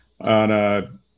on